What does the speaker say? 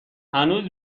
هنوز